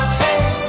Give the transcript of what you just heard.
take